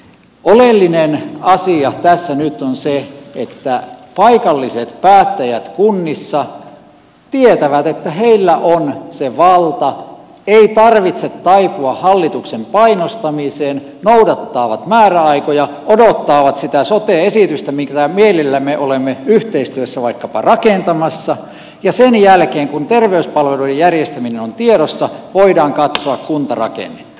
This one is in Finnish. oleellinen asia tässä nyt on se että paikalliset päättäjät kunnissa tietävät että heillä on se valta ei tarvitse taipua hallituksen painostamiseen noudattavat määräaikoja odottavat sitä sote esitystä mitä mielellämme olemme vaikkapa yhteistyössä rakentamassa ja sen jälkeen kun terveyspalveluiden järjestäminen on tiedossa voidaan katsoa kuntarakennetta